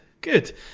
good